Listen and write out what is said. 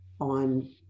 on